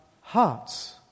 hearts